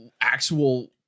actual